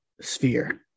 sphere